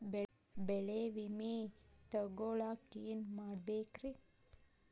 ಬೆಳೆ ವಿಮೆ ತಗೊಳಾಕ ಏನ್ ಮಾಡಬೇಕ್ರೇ?